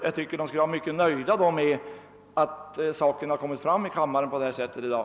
Jag tycker att de skall vara mycket nöjda med att frågorna nu kommit upp och behandlats så som skett här i dag.